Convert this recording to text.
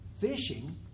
fishing